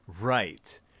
right